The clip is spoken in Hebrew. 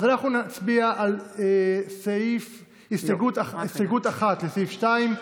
אז אנחנו נצביע על הסתייגות 1, לסעיף 2,